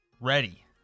ready